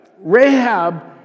Rahab